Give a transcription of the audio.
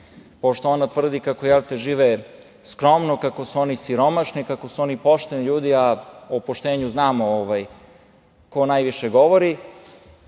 Pošto ona tvrdi kako žive skromno, kako su oni siromašni, kako su oni pošteni ljudi, a o poštenju znamo ko najviše govori